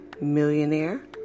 millionaire